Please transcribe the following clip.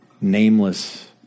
nameless